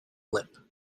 lip